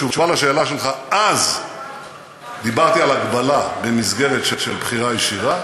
התשובה על השאלה שלך: אז דיברתי על הגבלה במסגרת של בחירה ישירה,